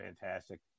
fantastic